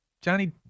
Johnny